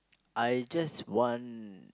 I just want